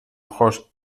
ojos